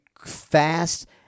fast